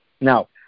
Now